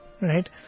Right